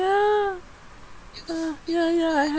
ya ah ya ya I had